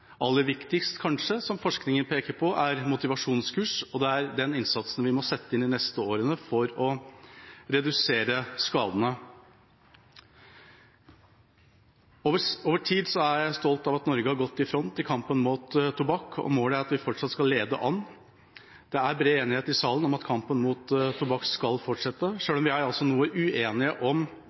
aller viktigst, som forskningen peker på, er motivasjonskurs, og det er den innsatsen vi må sette inn de neste årene for å redusere skadene. Over tid er jeg stolt over at Norge har gått i front i kampen mot tobakk, og målet er at vi fortsatt skal lede an. Det er bred enighet i salen om at kampen mot tobakk skal fortsette, selv om vi altså er noe uenige om